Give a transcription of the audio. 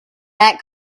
that